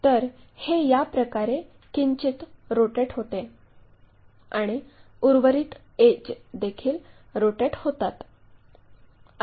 तर हे या प्रकारे किंचित रोटेट होते आणि उर्वरित एड्ज देखील रोटेट होतात